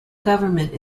government